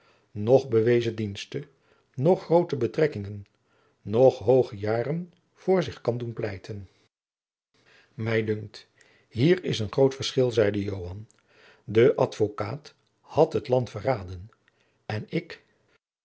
noch bewezen diensten noch groote betrekkingen noch hooge jaren voor zich kan doen pleiten mij dunkt hier is een groot verschil zeide joan de advocaat had het land verraden en ik